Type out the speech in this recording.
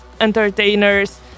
entertainers